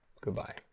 Goodbye